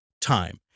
time